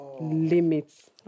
limits